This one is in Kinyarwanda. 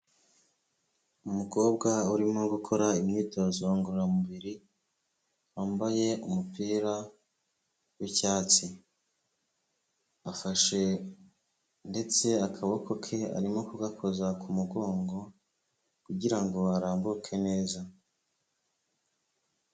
Umukobwa urimo gukora imyitozo ngororamubiri wambaye umupira w'icyatsi, afashe ndetse akaboko ke arimo kugakoza ku mugongo kugira ngo arambuke neza.